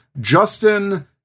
Justin